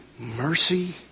mercy